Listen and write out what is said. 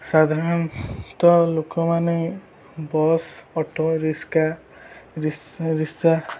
ସାଧାରଣତଃ ଲୋକମାନେ bus auto rickshaw ରି ରିକ୍ସା